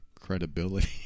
credibility